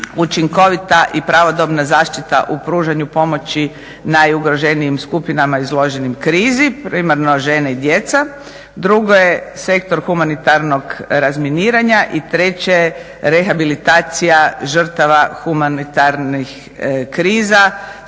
učinkovita i pravodobna zaštita u pružanju pomoći najugroženijim skupinama izloženim krizi primarno žene i djeca. Drugo je sektor humanitarnog razminiranja. I treće, rehabilitacija žrtava humanitarnih kriza